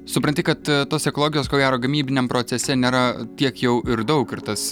supranti kad tos ekologijos ko gero gamybiniam procese nėra tiek jau ir daug ir tas